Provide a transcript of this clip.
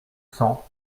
cent